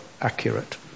accurate